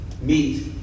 meet